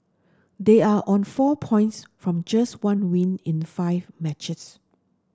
they are on four points from just one win in five matches